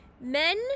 men